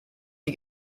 die